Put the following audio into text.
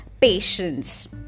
patience